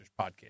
podcast